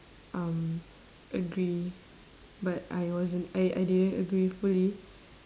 um agree but I wasn't I I didn't agree fully